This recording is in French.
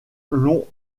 longs